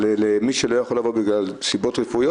אבל אני באמת חושב שצריך להתחשב במי שלא יכול לבוא בגלל סיבות רפואיות.